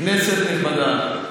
כנסת נכבדה,